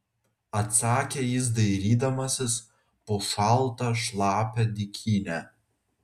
atsakė jis dairydamasis po šaltą šlapią dykynę